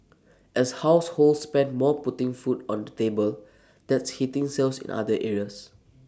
as households spend more putting food on the table that's hitting sales in other areas